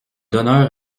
d’honneur